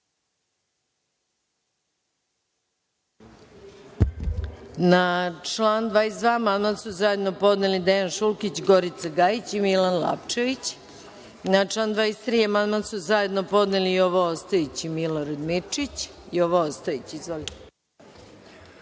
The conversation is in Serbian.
Na član 22. amandman su zajedno podneli Dejan Šulkić, Gorica Gajić i Milan Lapčević. Na član 23. amandman su zajedno podneli Jovo Ostojić i Milorad